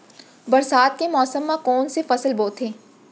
बरसात के मौसम मा कोन से फसल बोथे?